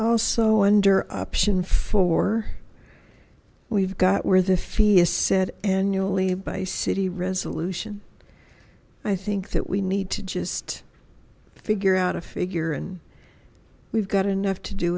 also under option four we've got where the fee is said and you only by city resolution i think that we need to just figure out a figure and we've got enough to do